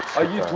are you